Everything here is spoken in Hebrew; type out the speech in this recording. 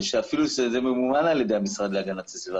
ואפילו זה ממומן על ידי המשרד להגנת הסביבה,